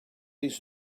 his